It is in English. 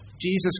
Jesus